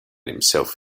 himself